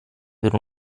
per